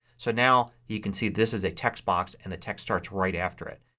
so now you can see this is a text box and the text starts right after it.